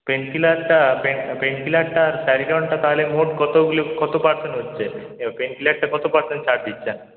pen কিলারটা pain pain কিলারটা স্যারিডনটা তাহলে মোট কতগুলো কত পার্সেন্ট হচ্ছে পেন কিলারটা কত পার্সেন্ট ছাড় দিচ্ছেন